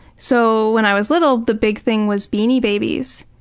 so when i was little, the big thing was beanie babies.